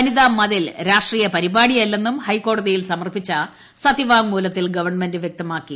വനിതാ മതിൽ രാഷ്ട്രീയ് പരിപാടിയല്ലെന്നും ഹൈക്കോടതിയിൽ സമർപ്പിച്ച സത്യപ്പാങ്മൂലത്തിൽ ഗവൺമെന്റ് വ്യക്തമാക്കി